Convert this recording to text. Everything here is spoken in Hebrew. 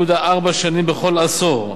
העלייה בתוחלת החיים היא מבורכת,